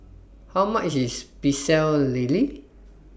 How much IS Pecel Lele